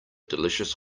delicious